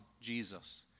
Jesus